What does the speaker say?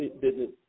business